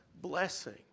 blessing